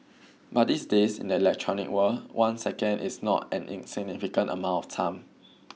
but these days in the electronic world one second is not an insignificant amount of time